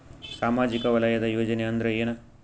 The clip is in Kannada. ಸಾಮಾಜಿಕ ವಲಯದ ಯೋಜನೆ ಅಂದ್ರ ಏನ?